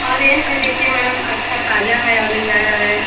orange है देखिए ma'am अच्छा ताज़ा है ऑरेन्ज आया है